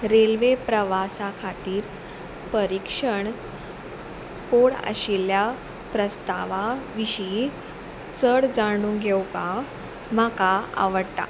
railway प्रवासा खातीर परिक्षण कोड आशिल्ल्या प्रस्तावा विशीं चड जाणू घेवपाक म्हाका आवडटा